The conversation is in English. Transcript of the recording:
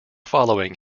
following